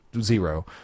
Zero